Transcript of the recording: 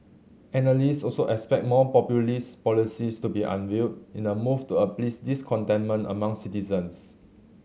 analysts also expect more populist policies to be unveiled in a move to appease discontentment among citizens